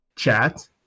chat